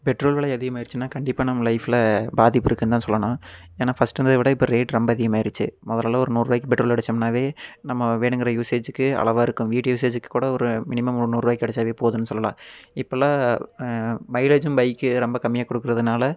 petrol விலை அதிகமாயிடுச்சுனா கண்டிப்பாக நம்ம லைஃப்ல பாதிப்பு இருக்குதுன்னு தான் சொல்லணும் ஏன்னா ஃபர்ஸ்ட்டு இருந்ததை விட இப்போ ரேட் ரொம்ப அதிகமாயிருச்சு முதல்லலாம் ஒரு நூறுபாய்க்கு பெட்ரோல் அடிச்சோம்னாவே நம்ம வேணுங்கிற யூஸேஜிக்கு அளவாக இருக்கும் வீடு யூஸேஜிக்கு கூட ஒரு மினிமம் முந்நூறுபாய்க்கு அடிச்சாவே போதும்னு சொல்லலாம் இப்போல்லாம் மைலேஜும் பைக்கு ரொம்ப கம்மியாக கொடுக்கறதுனால